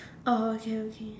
er okay okay